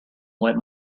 white